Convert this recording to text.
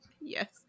Yes